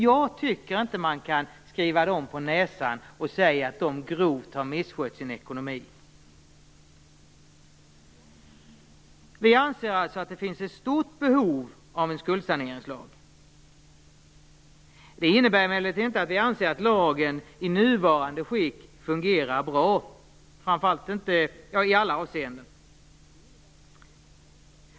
Jag tycker inte att man kan skriva dem på näsan att de grovt har misskött sin ekonomi. Vi anser alltså att det finns ett stort behov av en skuldsaneringslag. Det innebär emellertid inte att vi anser att lagen i nuvarande skick fungerar bra i alla avseenden.